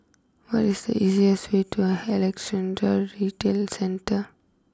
what is the easiest way to Alexandra Retail Centre